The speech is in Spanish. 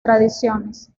tradiciones